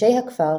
"נשי הכפר,